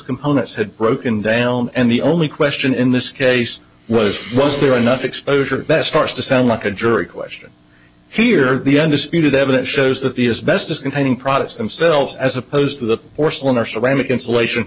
components had broken down and the only question in this case was was there enough exposure best course to sound like a jury question here the undisputed evidence shows that the as best as containing products themselves as opposed to the porcelain or ceramic insulation